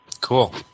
Cool